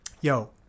Yo